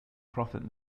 profit